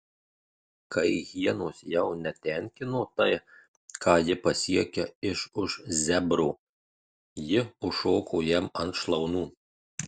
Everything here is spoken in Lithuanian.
kai hienos jau netenkino tai ką ji pasiekia iš už zebro ji užšoko jam ant šlaunų